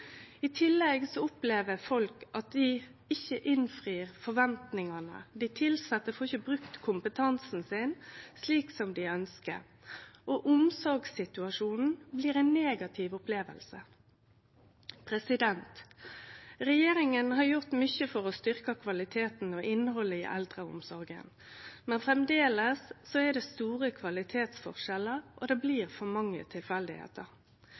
I tillegg opplever folk at dei ikkje innfrir forventingane. Dei tilsette får ikkje brukt kompetansen sin slik som dei ønskjer, og omsorgssituasjonen blir ei negativ oppleving. Regjeringa har gjort mykje for å styrkje kvaliteten og innhaldet i eldreomsorga, men framleis er det store kvalitetsforskjellar, og det